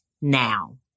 now